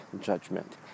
judgment